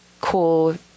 cool